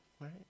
right